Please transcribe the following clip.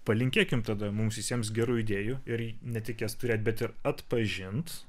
palinkėkim tada mums visiems gerų idėjų ir ne tik jas turėt bet ir atpažint